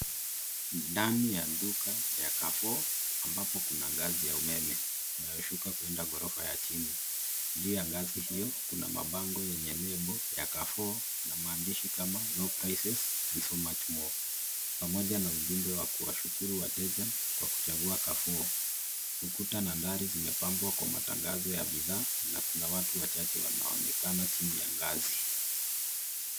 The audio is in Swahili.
Ndani ya duka ya Carrefour ambapo kuna ngazi ya umeme inayoshuka kuenda ghorofa ya chini. Juu ya ngazi hiyo kuna mabango yenye lebo ya Carrefour na maandishi kama low prices and so much more , pamoja na ujumbe wa kuwashukuru wateja kwa kuchagua Carrefour. Ukuta na dari zimepambwa kwa matangazo ya bidhaa na kuna watu wachache wanaonekana chini ya ngazi.